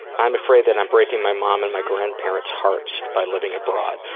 i'm afraid that i'm breaking my mom and my grandparents' hearts by living abroad.